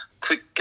quick